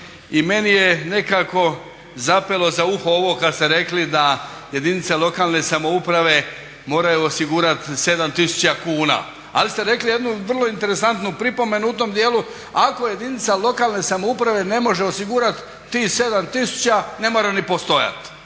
I meni je nekako zapelo za uho ovo kada ste rekli da jedinice lokalne samouprave moraju osigurati 7 tisuća kuna. Ali ste rekli jednu vrlo interesantnu pripomenu u tom dijelu, ako jedinica lokalne samouprave ne može osigurati tih 7 tisuća ne mora ni postojati.